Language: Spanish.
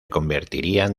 convertirían